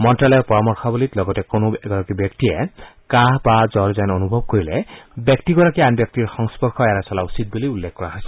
মন্ত্যালয়ৰ পৰামৰ্শৱলীত লগতে কোনো এগৰাকী ব্যক্তিয়ে কাহ বা জুৰ যেন অনুভৱ কৰিলে ব্যক্তিগৰাকীয়ে আন ব্যক্তিৰ সংস্পৰ্শ এৰাই চলা উচিত বুলি উল্লেখ কৰা হৈছে